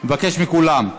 אני מבקש מכולם.